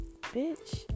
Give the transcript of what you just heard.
bitch